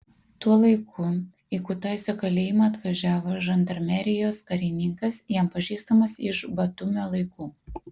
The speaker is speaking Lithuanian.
tuo laiku į kutaisio kalėjimą atvažiavo žandarmerijos karininkas jam pažįstamas iš batumio laikų